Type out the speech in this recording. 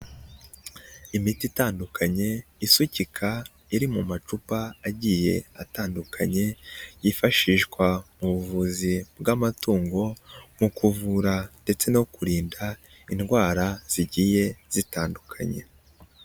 Imiti itandukanye isukika iri mu macupa agiye atandukanye yifashishwa mu buvuzi bw'amatungo mu kuvura ndetse no kurinda indwara zigiye zitandukanye.